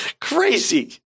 Crazy